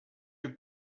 your